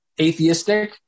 atheistic